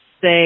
say